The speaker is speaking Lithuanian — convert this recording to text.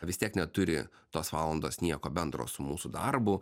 vis tiek neturi tos valandos nieko bendro su mūsų darbu